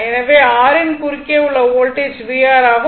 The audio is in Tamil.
எனவே R யின் குறுக்கே உள்ள வோல்டேஜ் vR ஆகும்